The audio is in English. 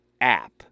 app